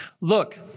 look